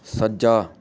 ਸੱਜਾ